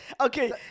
Okay